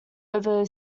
over